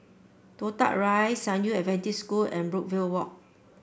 Toh Tuck Rise San Yu Adventist School and Brookvale Walk